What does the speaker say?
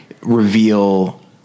reveal